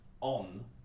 on